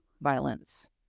violence